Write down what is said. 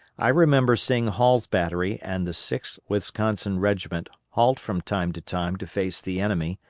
i remember seeing hall's battery and the sixth wisconsin regiment halt from time to time to face the enemy,